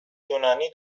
یونانی